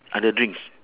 I got drinks